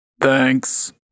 Thanks